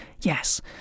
Yes